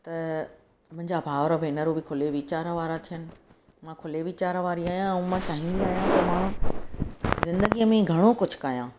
त मुंहिंजा भाउर भेनरूं बि खुले वीचार वारा थियनि मां खुले वीचार वारी आहियां ऐं मां चाहींदी आहियां की मां जिंदगी में घणो कुझु कयां